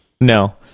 no